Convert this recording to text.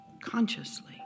consciously